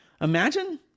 Imagine